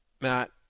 Matt